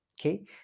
okay